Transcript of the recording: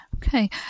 Okay